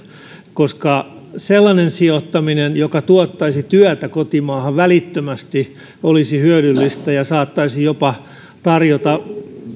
koska sellainen sijoittaminen joka tuottaisi työtä kotimaahan välittömästi olisi hyödyllistä ja saattaisi jopa tarjota